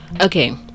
okay